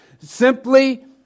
Simply